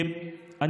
בבקשה.